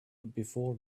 before